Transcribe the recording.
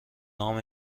نام